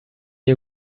you